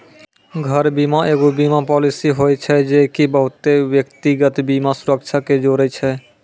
घर बीमा एगो बीमा पालिसी होय छै जे की बहुते व्यक्तिगत बीमा सुरक्षा के जोड़े छै